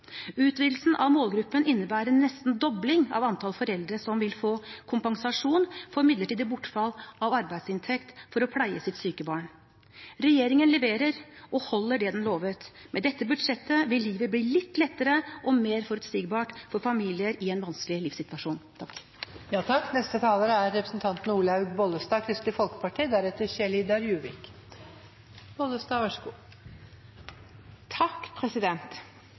Utvidelsen av målgruppen innebærer en nesten dobling av antall foreldre som vil få kompensasjon for midlertidig bortfall av arbeidsinntekt for å pleie sitt syke barn. Regjeringen leverer og holder det den lovet. Med dette budsjettet vil livet bli litt lettere og mer forutsigbart for familier i en vanskelig livssituasjon. Budsjettforhandlingene har for mange, både i dette huset og utenfor, stort sett handlet om en berømt bilpakke. For Kristelig Folkeparti